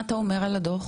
מה אתה אומר על הדוח?